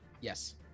Yes